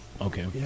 Okay